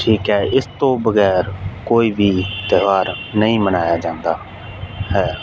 ਠੀਕ ਹੈ ਇਸ ਤੋਂ ਬਗੈਰ ਕੋਈ ਵੀ ਤਿਉਹਾਰ ਨਹੀਂ ਮਨਾਇਆ ਜਾਂਦਾ ਹੈ